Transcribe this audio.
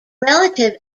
relative